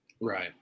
Right